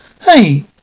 Hey